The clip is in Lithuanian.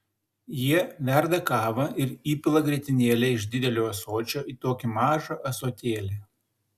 jie verda kavą ir įpila grietinėlę iš didelio ąsočio į tokį mažą ąsotėlį